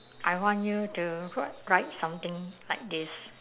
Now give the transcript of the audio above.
I want you to wr~ write something like this